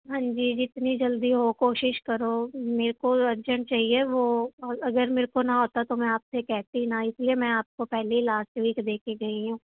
ਹਾਂਜੀ ਜਿਤਨੀ ਜਲਦੀ ਹੋ ਕੋਸ਼ਿਸ਼ ਕਰੋ ਮੇਰੇ ਕੋ ਅਰਜੈਂਟ ਚਈਏ ਵੋ ਔਰ ਅਗਰ ਮੇਰੇ ਕੋ ਨਾ ਹੋਤਾ ਤੋ ਮੈਂ ਆਪਸੇ ਕਹਿਤੀ ਨਾ ਇਸ ਲੀਏ ਮੈਂ ਆਪਕੋ ਪਹਿਲੇ ਹੀ ਲਾਸਟ ਵੀਕ ਦੇ ਕੇ ਗਈ ਹੂੰ